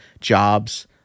jobs